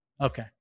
Okay